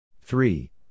Three